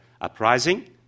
uprising